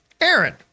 Aaron